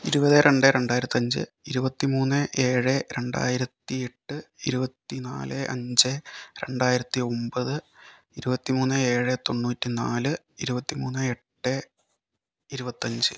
ഇരുപത് രണ്ട് രണ്ടായിരത്തി അഞ്ച് ഇരുപത്തി മൂന്ന് ഏഴ് രണ്ടായിരത്തിഎട്ട് ഇരുപത്തി നാല് അഞ്ച് രണ്ടായിരത്തി ഒൻപത് ഇരുപത്തി മൂന്ന് ഏഴ് തൊണ്ണൂറ്റി നാല് ഇരുപത്തി മൂന്ന് എട്ട് ഇരുപത്തഞ്ച്